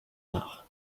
nach